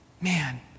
man